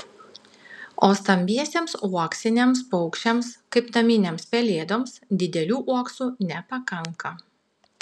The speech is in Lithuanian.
o stambiesiems uoksiniams paukščiams kaip naminėms pelėdoms didelių uoksų nepakanka